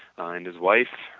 ah and his wife,